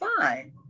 fine